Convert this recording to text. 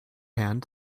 hand